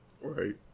right